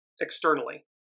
externally